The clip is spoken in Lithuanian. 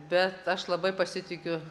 bet aš labai pasitikiu